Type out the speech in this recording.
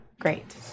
Great